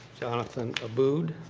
jonathan abboud.